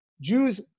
Jews